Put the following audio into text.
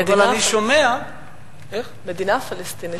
מדינה פלסטינית.